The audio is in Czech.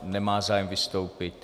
Nemá zájem vystoupit?